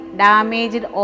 damaged